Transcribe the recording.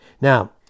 Now